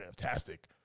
fantastic